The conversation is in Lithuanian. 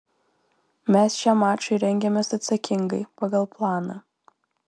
mes šiam mačui rengiamės atsakingai pagal planą